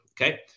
Okay